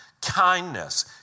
kindness